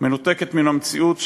ומנותקת מן המציאות,